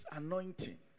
anointing